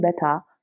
better